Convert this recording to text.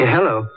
Hello